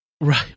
Right